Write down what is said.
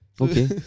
Okay